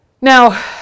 Now